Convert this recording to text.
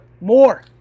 More